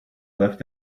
left